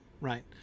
Right